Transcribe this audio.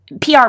PR